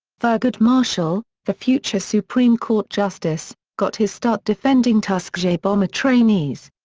thurgood marshall, the future supreme court justice, got his start defending tuskegee bomber trainees.